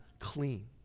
clean